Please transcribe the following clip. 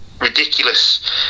ridiculous